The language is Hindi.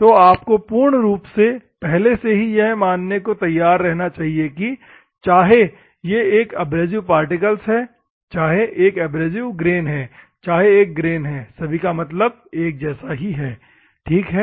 तो आप को पूर्ण रूप से पहले से ही यह मानने को तैयार रहना चाहिए की चाहे ये एक एब्रेसिव पार्टिकल है चाहे एक एब्रेसिव ग्रेन है चाहे एक ग्रेन है सभी का मतलब एक जैसा ही है ठीक हैं